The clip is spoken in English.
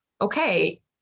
okay